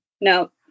No